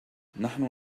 نحن